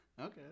Okay